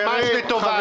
ממש לטובה.